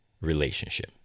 relationship